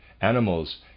Animals